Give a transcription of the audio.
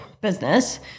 business